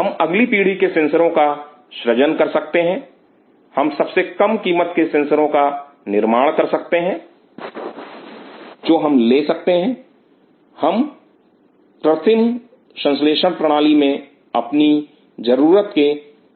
हम अगली पीढ़ी के सेंसरों का सृजन कर सकते हैं हम सबसे कम कीमत के सेंसरों का निर्माण कर सकते हैं जो हम ले सकते हैं हम कृत्रिम संश्लेषण प्रणाली में अपनी जरूरत के